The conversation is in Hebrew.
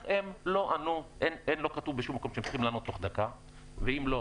לא כתוב בשום מקום שהם צריכים לענות תוך דקה ואם לא,